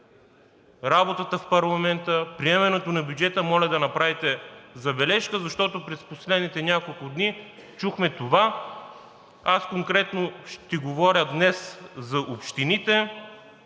работата в парламента, приемането на бюджета, моля да направите забележка, защото през последните няколко дни чухме това. Аз конкретно ще говоря днес за общините.